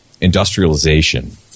industrialization